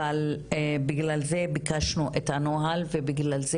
אבל בגלל זה ביקשנו את הנוהל ובגלל זה